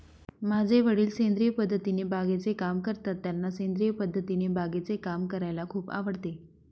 माझे वडील सेंद्रिय पद्धतीने बागेचे काम करतात, त्यांना सेंद्रिय पद्धतीने बागेचे काम करायला खूप आवडते